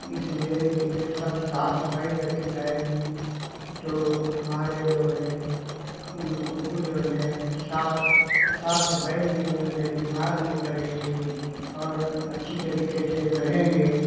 इसलिए कि जब सब साफ सफाई रखी जाएगी तो हमारे जो है कुक्कू जऊन है साफ सफाई में जऊन हैं बीमार नहीं पड़ेंगे और अच्छी तरीके से बढ़ेंगे